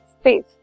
space